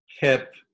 hip